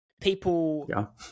people